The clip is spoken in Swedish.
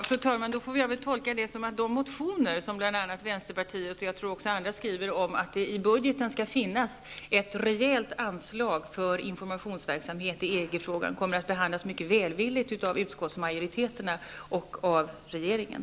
Fru talman! Jag tolkar detta som att de motioner som vänsterpartiet och andra har avgivit om att det i budgeten skall finnas ett rejält anslag för informationsverksamhet när det gäller EG-frågan kommer att behandlas mycket välvilligt av utskottsmajoriteterna och av regeringen.